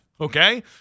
okay